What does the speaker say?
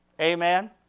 Amen